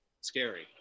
scary